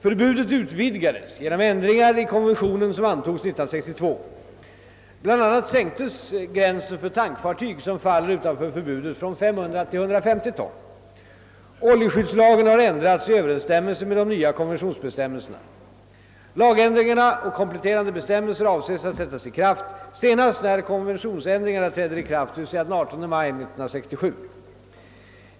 Förbudet utvidgades genom de ändringar i konventionen som antogs år 1962. Bl.a. utvidgades de förbjudna zonerna och sänktes gränsen för tankfartyg, som faller utanför förbudet, från 500 till 150 ton. Vår oljeskyddslag har ändrats i överensstämmelse med de nya konventionsbestämmelserna. Lagändringarna och kompletterande bestämmelser avses att sättas i kraft senast när konventionsändringarna träder i kraft, d.v.s. den 18 maj 1967.